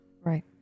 Right